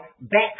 back